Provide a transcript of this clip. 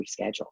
reschedule